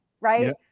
right